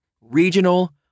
Regional